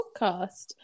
podcast